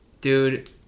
Dude